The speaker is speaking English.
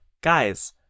guys